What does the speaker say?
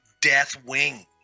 Deathwing